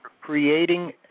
creating